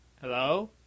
Hello